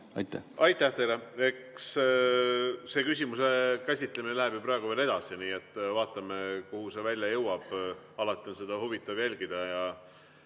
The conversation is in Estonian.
palun! Aitäh teile! Eks see küsimuse käsitlemine läheb ju praegu veel edasi, nii et vaatame, kuhu see välja jõuab. Alati on seda huvitav jälgida.